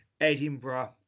Edinburgh